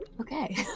okay